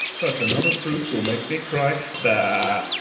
such another proof will make me cry baa.